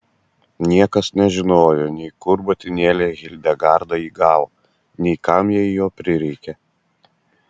niekas nežinojo nei kur motinėlė hildegarda jį gavo nei kam jai jo prireikė